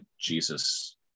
jesus